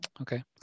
Okay